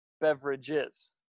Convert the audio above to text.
beverages